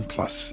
Plus